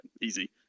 easy